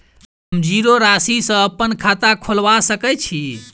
हम जीरो राशि सँ अप्पन खाता खोलबा सकै छी?